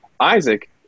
Isaac